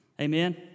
Amen